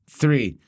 three